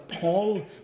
Paul